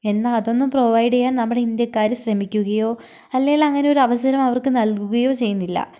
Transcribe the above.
എന്നാൽ അതൊന്നും പ്രൊവൈഡ് ചെയ്യാൻ നമ്മുടെ ഇന്ത്യക്കാർ ശ്രമിക്കുകയോ അല്ലെങ്കിൽ അങ്ങനെ ഒരു അവസരം അവർക്ക് നല്കുകയോ ചെയ്യുന്നില്ല